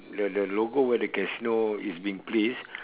the the logo where the casino is being placed